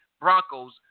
Broncos